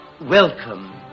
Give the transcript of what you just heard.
welcome